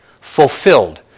Fulfilled